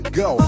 go